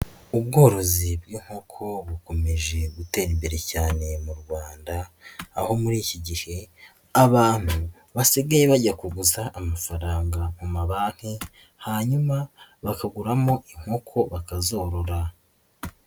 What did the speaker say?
Ubworozi bw'inkoko bukomeje gutera imbere cyane mu Rwanda, aho muri iki gihe abantu basigaye bajya ku kuguza amafaranga mu mabanki hanyuma bakaguramo inkoko bakazorora.